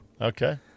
okay